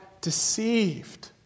deceived